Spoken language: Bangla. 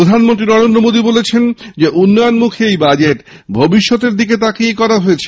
প্রধানমন্ত্রী নরেন্দ্র মোদী বলেছেন বাজেটকে উন্নয়নমুখী এই বাজেট ভবিষ্যতের দিকে তাকিয়েই করা হয়েছে